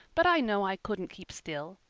but i know i couldn't keep still.